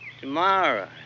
Tomorrow